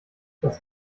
was